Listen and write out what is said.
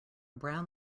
brown